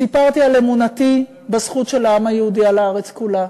סיפרתי על אמונתי בזכות של העם היהודי על הארץ כולה,